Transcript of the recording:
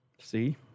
See